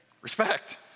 Respect